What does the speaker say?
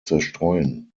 zerstreuen